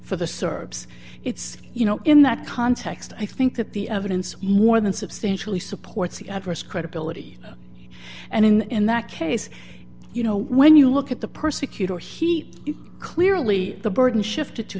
for the serbs it's you know in that context i think that the evidence more than substantially supports the adverse credibility and in that case you know when you look at the persecutor he clearly the burden shifted to